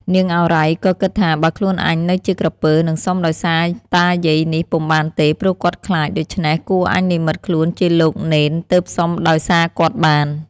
នាងឱរ៉ៃ ក៏គិតថា " បើខ្លួនអញនៅជាក្រពើ នឹងសុំដោយសារតាយាយនេះពុំបានទេ ព្រោះគាត់ខ្លាច ដូច្នេះ គួរអញនិម្មិតខ្លួនជាលោកនេន ទើបសុំដោយ សារគាត់បាន " ។